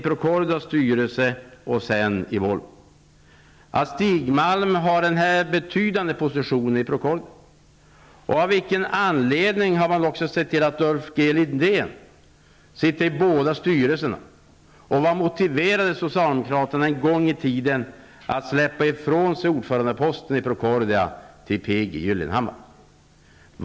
Av vilken anledning har man medverkat till att Stig Malm har en betydande position i Procordia? Av vilken anledning har man också sett till att Ulf G Lindén sitter i båda styrelserna? Vad motiverade socialdemokraterna att en gång i tiden släppa ifrån sig ordförandeposten i Procordia till P G Gyllenhammar?